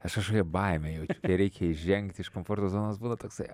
aš kažkokią baimę jau kai reikia išžengt iš komforto zonos būna toksai